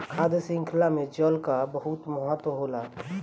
खाद्य शृंखला में जल कअ बहुत महत्व होला